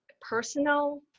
Personal